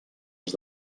els